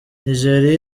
nigeria